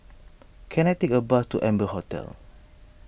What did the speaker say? can I take a bus to Amber Hotel